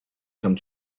come